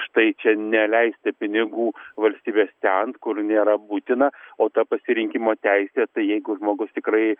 štai čia neleisti pinigų valstybės ten kur nėra būtina o ta pasirinkimo teisė tai jeigu žmogus tikrai